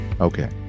Okay